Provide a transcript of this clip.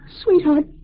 Sweetheart